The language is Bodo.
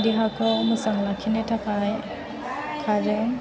देहाखौ मोजां लाखिनो थाखाय खारो